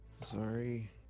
Sorry